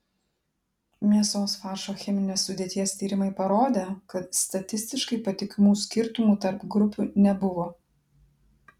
mėsos faršo cheminės sudėties tyrimai parodė kad statistiškai patikimų skirtumų tarp grupių nebuvo